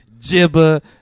Jibba